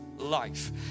life